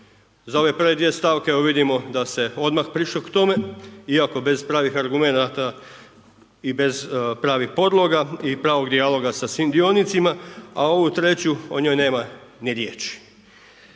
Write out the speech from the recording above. Za ove prve dvije stavke evo vidimo da se odmah prišlo k tome iako bez pravih argumenata i bez pravih podloga i pravog dijaloga sa svim dionicima. A ovu treću, o njoj nema ni riječi.